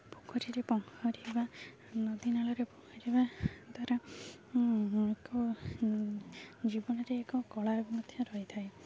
ପୋଖରୀରେ ପହଁରିବା ନଦୀ ନାଳରେ ପହଁରିବା ଦ୍ୱାରା ଏକ ଜୀବନରେ ଏକ କଳା ମଧ୍ୟ ରହିଥାଏ